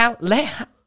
Let